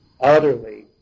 Utterly